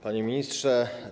Panie Ministrze!